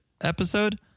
episode